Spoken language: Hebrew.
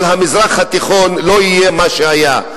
אבל המזרח התיכון לא יהיה מה שהיה.